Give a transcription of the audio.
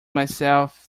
myself